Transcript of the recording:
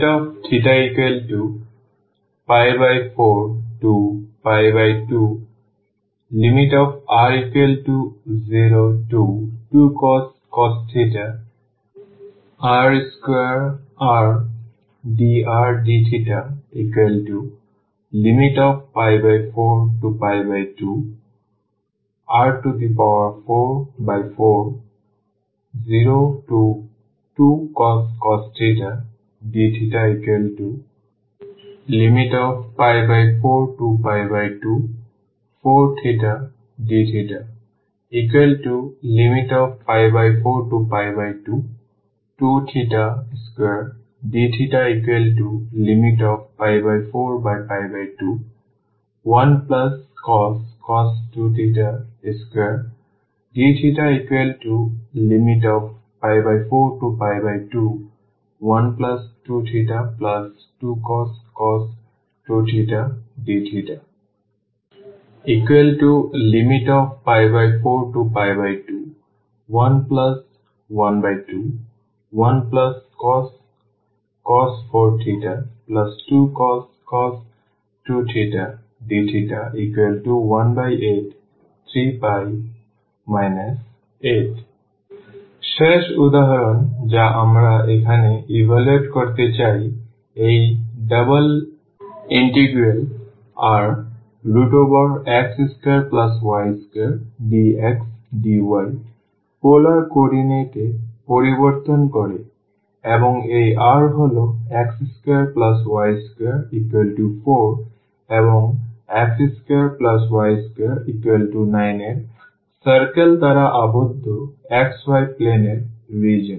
θ42r02cos r2rdrdθ42r4402cos dθ424 dθ 422 2dθ421cos 2θ 2dθ4212θ2cos 2θ dθ 421121cos 4θ 2cos 2θ dθ183π 8 শেষ উদাহরণ যা আমরা এখানে ইভালুয়েট করতে চাই এই ∬Rx2y2dxdy পোলার কোঅর্ডিনেট এ পরিবর্তন করে এবং এই R হল x2y24 এবং x2y29 এর circle দ্বারা আবদ্ধ xy প্লেন এর রিজিওন